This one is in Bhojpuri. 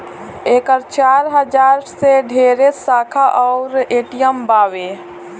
एकर चार हजार से ढेरे शाखा अउर ए.टी.एम बावे